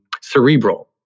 cerebral